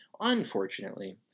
unfortunately